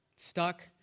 Stuck